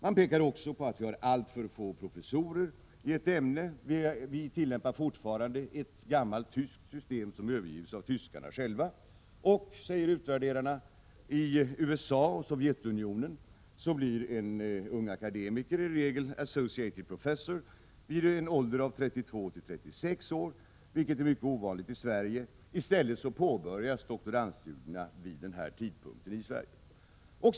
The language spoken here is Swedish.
De pekar också på att vi har alltför få professorer i ett ämne. Vi tillämpar fortfarande ett gammalt tyskt system, som övergivits av tyskarna själva. I USA och Sovjetunionen, säger utvärderarna, blir en ung akademiker i regel associated professor vid en ålder av 32-36 år, vilket är mycket ovanligt i Sverige. I stället påbörjas doktorandstudierna vid den tidpunkten i Sverige.